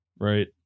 right